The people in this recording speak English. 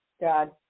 God